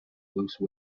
loose